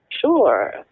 Sure